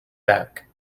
back